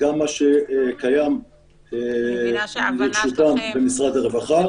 גם מה שקיים לרשותן במשרד הרווחה.